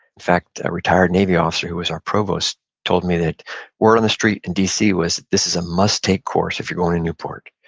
in fact, a retired navy officer who was our provost told me that word on the street in d c. was that this is a must-take course if you're going to newport.